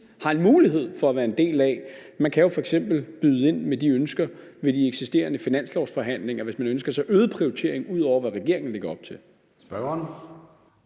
har en mulighed for at være en del af det, ved jeg. Man kan jo f.eks. byde ind med de ønsker ved de eksisterende finanslovsforhandlinger, hvis man ønsker sig øget prioritering, ud over hvad regeringen lægger op til.